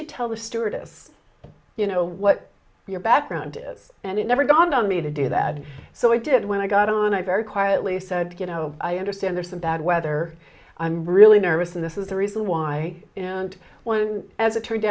you tell the stewardess you know what your background is and it never dawned on me to do that and so i did when i got on i very quietly said you know i understand there's some bad weather i'm really nervous and this is the reason why and when as it turned